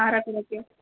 ಹಾರ ಕೊಡೋಕ್ಕೆ